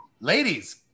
Ladies